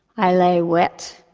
i lay wet,